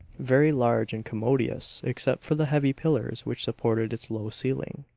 very large and commodious except for the heavy pillars which supported its low ceiling.